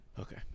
Okay